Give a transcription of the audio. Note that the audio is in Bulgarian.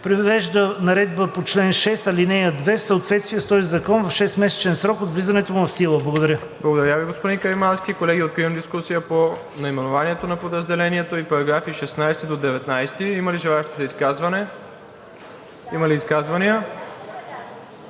привежда наредбата по чл. 6, ал. 2 в съответствие с този закон в 6-месечен срок от влизането му в сила.“ Благодаря. ПРЕДСЕДАТЕЛ МИРОСЛАВ ИВАНОВ: Благодаря Ви, господин Каримански. Колеги, откривам дискусия по наименованието на подразделението и параграфи от 16 до 19. Има ли желаещи за изказвания? Има ли изказвания?